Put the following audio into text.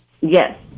Yes